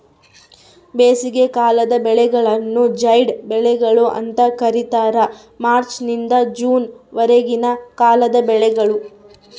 ಬೇಸಿಗೆಕಾಲದ ಬೆಳೆಗಳನ್ನು ಜೈಡ್ ಬೆಳೆಗಳು ಅಂತ ಕರೀತಾರ ಮಾರ್ಚ್ ನಿಂದ ಜೂನ್ ವರೆಗಿನ ಕಾಲದ ಬೆಳೆಗಳು